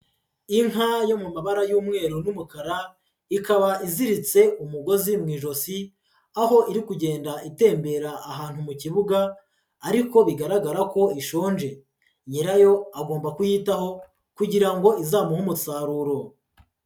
Inka yo mu mabara y'umweru n'umukara, ikaba iziritse umugozi mu ijosi, aho iri kugenda itembera ahantu mu kibuga ariko bigaragara ko ishonje. Nyirayo agomba kuyitaho kugira ngo izamuhe umusaruro.